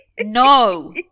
No